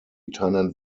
tenant